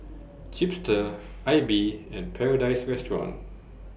Chipster AIBI and Paradise Restaurant